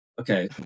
okay